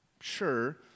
sure